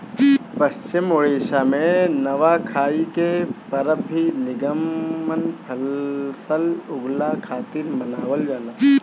पश्चिम ओडिसा में नवाखाई के परब भी निमन फसल उगला खातिर मनावल जाला